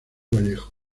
vallejo